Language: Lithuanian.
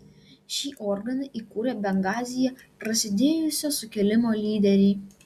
šį organą įkūrė bengazyje prasidėjusio sukilimo lyderiai